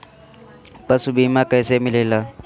पशु बीमा कैसे मिलेला?